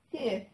serious